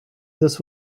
this